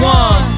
one